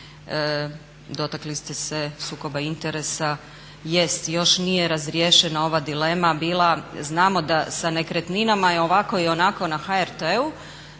Dotakli ste se sukoba interesa. Jest, još nije razriješena ova dilema bila. Znamo da sa nekretninama je i ovako i onako na HRT-u,